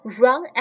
run